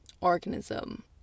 organism